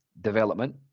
development